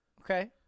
Okay